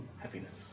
happiness